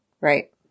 Right